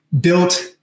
built